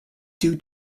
due